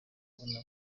kubona